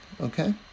Okay